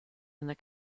and